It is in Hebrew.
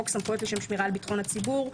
חוק סמכויות לשם שמירה על ביטחון הציבור,